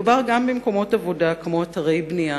מדובר גם במקומות עבודה כמו אתרי בנייה,